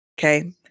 Okay